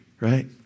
Right